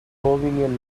rowing